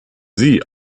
sie